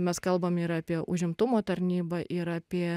mes kalbam ir apie užimtumo tarnybą ir apie